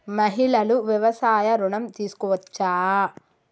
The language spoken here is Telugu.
మహిళలు వ్యవసాయ ఋణం తీసుకోవచ్చా?